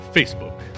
Facebook